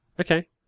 Okay